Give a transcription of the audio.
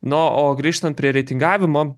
na o grįžtant prie reitingavimo